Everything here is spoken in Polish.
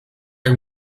jak